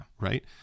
Right